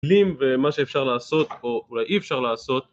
קלים ומה שאפשר לעשות או אולי אי אפשר לעשות